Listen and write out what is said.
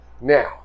Now